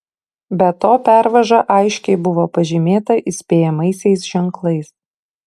be to pervaža aiškiai buvo pažymėta įspėjamaisiais ženklais